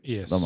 Yes